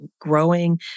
growing